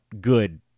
good